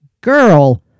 girl